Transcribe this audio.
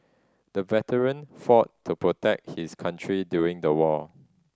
the veteran fought to protect his country during the war